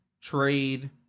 trade